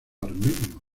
armenio